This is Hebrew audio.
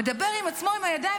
הוא מדבר עם עצמו עם הידיים,